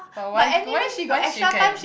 but why why why she can